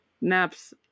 naps